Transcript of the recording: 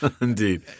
Indeed